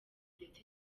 ndetse